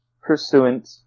pursuant